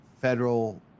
federal